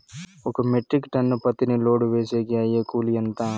ఒక metric ton పత్తిని load వేసేకి అయ్యే కూలి ఎంత?